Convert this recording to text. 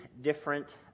different